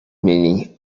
meaning